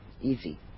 Easy